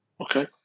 Okay